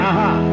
Aha